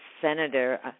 senator